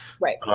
Right